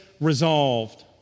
resolved